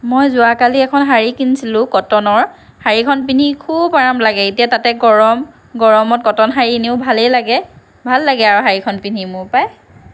মই যোৱাকালি এখন শাৰী কিনিছিলোঁ কটনৰ শাৰীখন পিন্ধি খুব আৰাম লাগে এতিয়া তাতে গৰম গৰমত কটন শাৰী এনেও ভালেই লাগে ভাল লাগে আৰু শাৰীখন পিন্ধি মোৰ পাই